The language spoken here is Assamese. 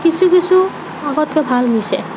কিছু কিছু আগতকেৈ ভাল হৈছে